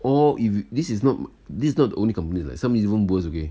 all if this is not this is not the only company like th~ some is even worse okay